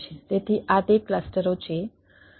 તેથી આ તે ક્લસ્ટરો છે જે ત્યાં છે